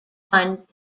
one